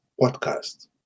podcast